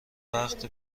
وقت